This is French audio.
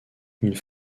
une